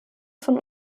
von